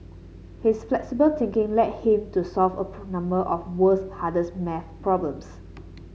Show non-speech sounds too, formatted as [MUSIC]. his flexible thinking led him to solve a [UNINTELLIGIBLE] [UNINTELLIGIBLE] number of the world's hardest maths problems